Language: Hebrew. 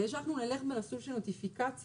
כדי שאנחנו נלך במסלול של נוטיפיקציה,